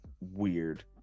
weird